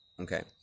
okay